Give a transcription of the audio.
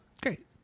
great